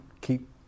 keep